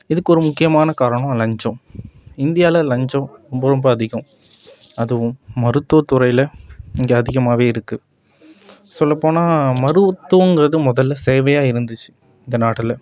இதுக்கு ஒரு முக்கியமான காரணம் லஞ்சம் இந்தியாவில் லஞ்சம் ரொம்ப ரொம்ப அதிகம் அதுவும் மருத்துவத்துறையில் இங்கே அதிகமாகவே இருக்குது சொல்லப்போனால் மருத்துவங்கிறது முதல்ல சேவையாக இருந்துச்சு இந்த நாட்டில்